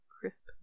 Crisp